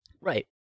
Right